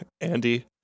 Andy